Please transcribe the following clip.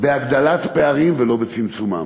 בהגדלת הפערים ולא בצמצומם,